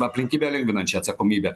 aplinkybę lengvinančia atsakomybe